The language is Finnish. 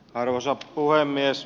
arvoisa puhemies